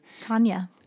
tanya